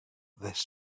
this